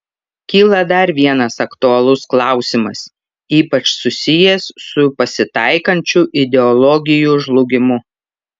kyla dar vienas aktualus klausimas ypač susijęs su pasitaikančiu ideologijų žlugimu